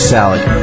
Salad